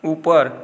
ऊपर